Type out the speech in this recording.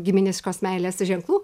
giminiškos meilės ženklų